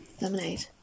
lemonade